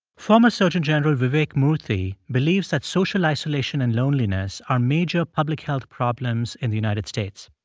former surgeon general vivek murthy believes that social isolation and loneliness are major public health problems in the united states.